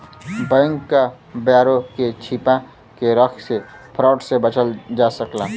bank क ब्यौरा के छिपा के रख से फ्रॉड से बचल जा सकला